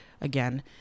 again